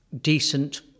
decent